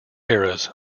eras